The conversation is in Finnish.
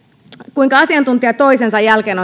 kuinka asiantuntija toisensa jälkeen